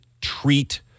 treat